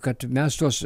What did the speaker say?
kad mes tuos